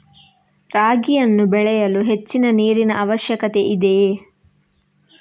ರಾಗಿಯನ್ನು ಬೆಳೆಯಲು ಹೆಚ್ಚಿನ ನೀರಿನ ಅವಶ್ಯಕತೆ ಇದೆಯೇ?